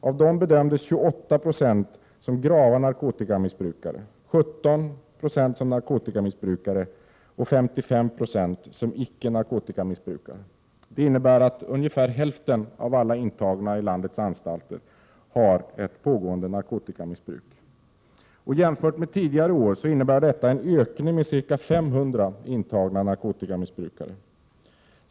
Av dessa bedömdes 28 26 som grava narkotikamissbrukare, 17 2 som narkotikamissbrukare och 55 96 som icke narkotikamissbrukare. Det innebär att ungefär hälften av alla intagna på landets anstalter har ett pågående narkotikamissbruk. Jämfört med tidigare år innebär detta en ökning med ca 500 intagna narkotikamissbrukare.